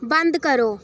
बंद करो